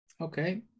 Okay